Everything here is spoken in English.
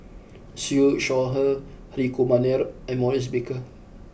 Siew Shaw Her Hri Kumar Nair and Maurice Baker